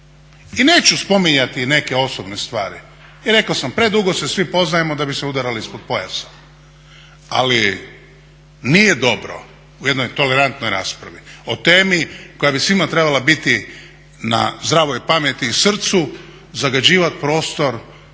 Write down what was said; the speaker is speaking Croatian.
I neću spominjati neke osobne stvari. I rekao sam predugo se svi poznajemo da bi se udarali ispod pojasa. Ali nije dobro u jednoj tolerantnoj raspravi o temi koja bi svima trebala biti na zdravoj pameti i srcu zagađivati prostor